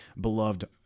beloved